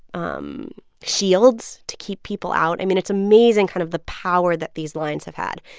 um shields to keep people out. i mean, it's amazing kind of the power that these lines have had.